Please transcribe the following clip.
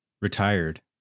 Retired